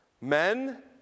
Men